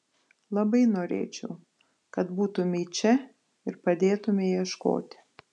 labai norėčiau kad būtumei čia ir padėtumei ieškoti